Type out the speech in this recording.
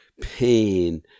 pain